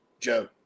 Joe